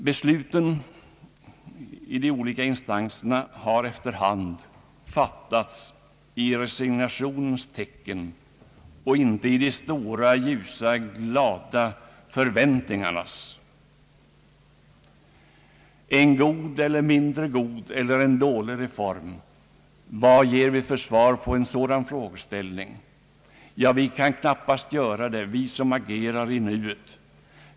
Besluten i de olika instanserna har efter hand fattats i resignationens tecken och inte i de stora ljusa glada förväntningarnas. Är detta en god, en mindre god, eller en dålig reform? Vi som agerar i nuet kan knappast ge svar på den frågan.